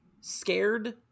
scared